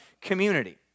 community